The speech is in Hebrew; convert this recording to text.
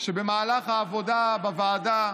שבמהלך העבודה בוועדה